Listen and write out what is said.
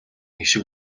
хишиг